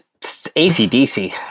ACDC